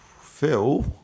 Phil